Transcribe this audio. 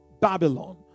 Babylon